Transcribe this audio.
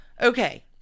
okay